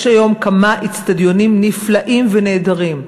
יש היום כמה נפלאים ונהדרים,